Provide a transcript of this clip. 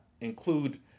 include